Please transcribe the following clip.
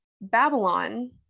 Babylon